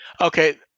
Okay